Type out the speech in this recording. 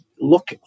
look